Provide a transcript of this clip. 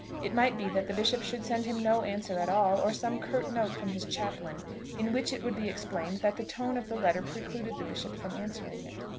it might be that the bishop should send him no answer at all, or some curt note from his chaplain in which it would be explained that the tone of the letter precluded the bishop from answering it.